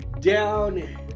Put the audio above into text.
down